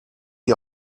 die